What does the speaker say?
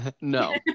No